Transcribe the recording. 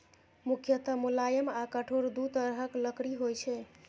मुख्यतः मुलायम आ कठोर दू तरहक लकड़ी होइ छै